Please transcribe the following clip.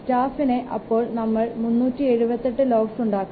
സ്റ്റാഫിനെ അപ്പോൾ നമ്മൾ 375LOCS ഉണ്ടാകണം